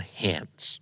hands